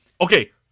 Okay